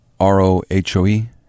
r-o-h-o-e